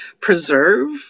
preserve